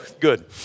good